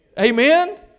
Amen